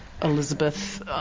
Elizabeth